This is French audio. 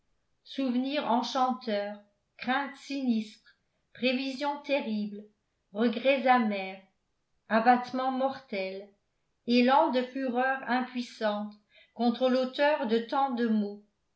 souvenirs enchanteurs craintes sinistres prévisions terribles regrets amers abattement mortel élans de fureur impuissante contre l'auteur de tant de maux